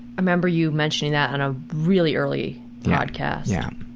i remember you mentioning that on a really early podcast. yeah,